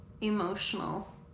emotional